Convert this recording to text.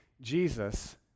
Jesus